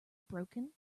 broken